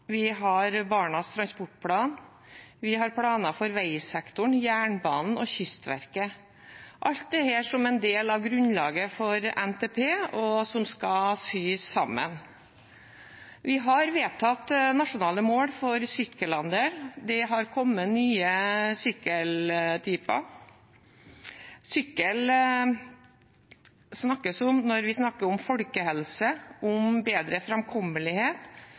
vi har Barnas transportplan, vi har planer for veisektoren, jernbanen og Kystverket – alt dette som grunnlaget for NTP, og som skal sys sammen. Vi har vedtatt nasjonale mål for sykkelandel, det har kommet nye sykkeltyper, og sykkel snakkes om når vi snakker om folkehelse og om bedre framkommelighet.